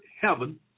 heaven